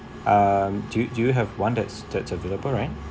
um do you do you have one that's that's available right